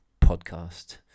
podcast